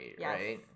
right